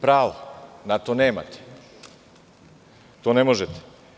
Pravo na to nemate, to ne može.